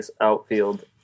outfield